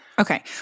Okay